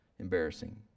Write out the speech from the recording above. embarrassing